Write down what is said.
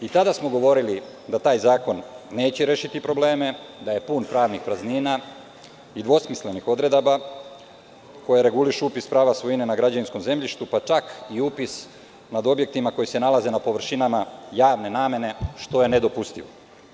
I tada smo govorili da taj zakon neće rešiti probleme, da je pun pravnih praznina i dvosmislenih odredaba koje regulišu upis prava svojine na građevinskom zemljištu, pa čak i upis nad objektima koji se nalaze na površinama javne namene, što je nedopustivo.